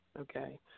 okay